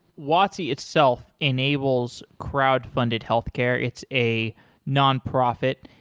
watsi itself enables crowd-funded healthcare. it's a nonprofit.